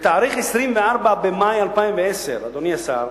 "ב-24 במאי 2010" אדוני השר,